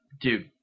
dude